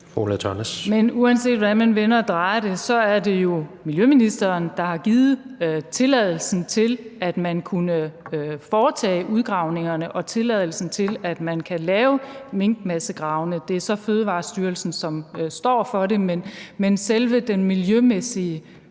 Men uanset hvordan man vender og drejer det, er det jo miljøministeren, der har givet tilladelsen til, at man kunne foretage udgravningerne, og tilladelsen til, at man kan lave minkmassegravene. Det er så Fødevarestyrelsen, som står for det, men det er selve den miljømæssige